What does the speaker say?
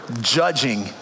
judging